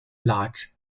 large